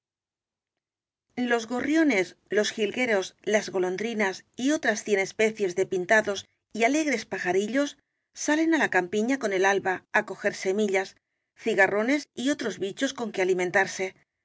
los gorriones los jilgueros las golondrinas y otras cien especies de pintados y alegres pajarillos salen á la campiña con el alba á coger semillas cigarrones y otros bichos con que alimentarse